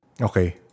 Okay